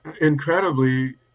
incredibly